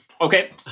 okay